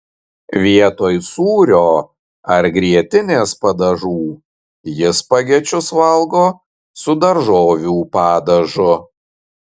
vietoj sūrio ar grietinės padažų ji spagečius valgo su daržovių padažu